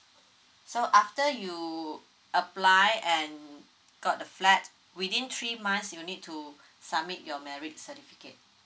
so after you apply and got the flat within three months you'll need to submit your marriage certificate